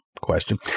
question